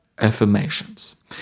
affirmations